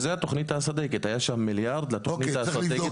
היה שם מיליארד לתוכנית האסטרטגית